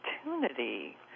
opportunity